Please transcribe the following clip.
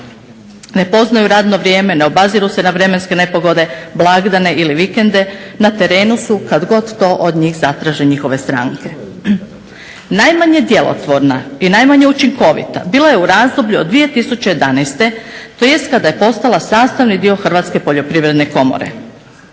Ne poznaju radno vrijeme, ne obaziru se na vremenske nepogode, blagdane ili vikende, na terenu su kad god to od njih zatraže njihove stranke. Najmanje djelotvorna i najmanje učinkovita bila je u razdoblju od 2011. tj. kada je postala sastavni dio Hrvatske poljoprivredne komore.